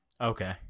Okay